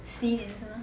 十一点是吗